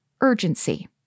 urgency